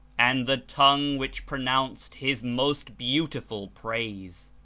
and the tongue which pronounced his most beautiful praise!